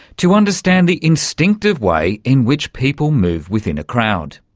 to understand the instinctive way in which people move within a crowd.